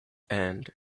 and